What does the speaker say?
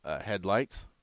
headlights